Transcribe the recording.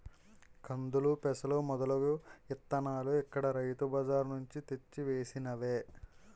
కందులు, పెసలు మొదలగు ఇత్తనాలు ఇక్కడ రైతు బజార్ నుంచి తెచ్చి వేసినవే